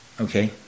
Okay